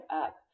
up